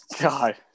god